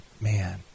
man